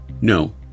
No